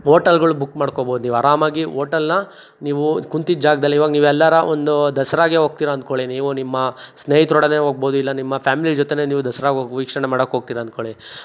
ಓಟೆಲ್ಗಳು book ಮಾಡ್ಕೊಬೋದು ನೀವು ಆರಾಮಾಗಿ ಓಟೆಲ್ನ ನೀವು ಕೂತಿದ್ದ ಜಾಗದಲ್ಲಿ ಇವಾಗ ನೀವು ಎಲ್ಲಾರು ಒಂದು ದಸರಾಗೆ ಹೋಗ್ತೀರಿ ಅಂದ್ಕೊಳ್ಳಿ ನೀವು ನಿಮ್ಮ ಸ್ನೇಹಿತರೊಡನೆ ಹೋಗ್ಬೋದು ಇಲ್ಲ ನಿಮ್ಮ ಫ್ಯಾಮಿಲಿ ಜೊತೆಗೆ ನೀವು ದಸ್ರಾಗೆ ಹೋಗಿ ವೀಕ್ಷಣೆ ಮಾಡಕ್ಕೋಗ್ತೀರಿ ಅಂದ್ಕೊಳ್ಳಿ